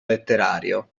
letterario